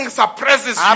suppresses